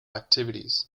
activities